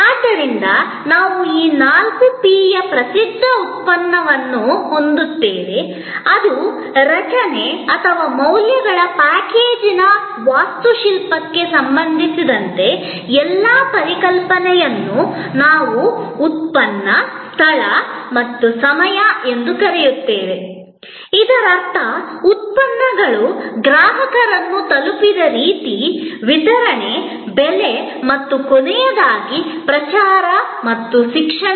ಆದ್ದರಿಂದ ನಾವು ಈ ನಾಲ್ಕು ಪಿ ಯ ಪ್ರಸಿದ್ಧ ಉತ್ಪನ್ನವನ್ನು ಹೊಂದಿದ್ದೇವೆ ಅದು ರಚನೆ ಅಥವಾ ಮೌಲ್ಯಗಳ ಪ್ಯಾಕೇಜಿನ ವಾಸ್ತುಶಿಲ್ಪಕ್ಕೆ ಸಂಬಂಧಿಸಿದ ಎಲ್ಲಾ ಪರಿಕಲ್ಪನೆಗಳನ್ನು ನಾವು ಉತ್ಪನ್ನ ಸ್ಥಳ ಮತ್ತು ಸಮಯ ಎಂದು ಕರೆಯುತ್ತೇವೆ ಇದರರ್ಥ ಉತ್ಪನ್ನಗಳು ಗ್ರಾಹಕರನ್ನು ತಲುಪಿದ ರೀತಿ ವಿತರಣೆ ಬೆಲೆ ಮತ್ತು ಕೊನೆಯದಾಗಿ ಪ್ರಚಾರ ಮತ್ತು ಶಿಕ್ಷಣ